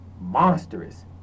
monstrous